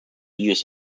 use